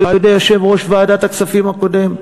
על-ידי יושב-ראש ועדת הכספים הקודם,